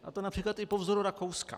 A to například i po vzoru Rakouska.